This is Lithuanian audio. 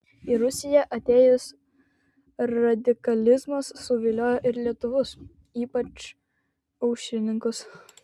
į rusiją atėjęs radikalizmas suviliojo ir lietuvius ypač aušrininkus